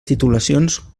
titulacions